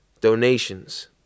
Donations